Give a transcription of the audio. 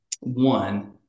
One